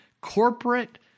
Corporate